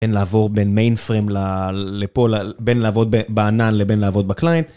בין לעבור בין מיין פריים לפה, בין לעבוד בענן לבין לעבוד בקליינט.